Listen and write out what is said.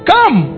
Come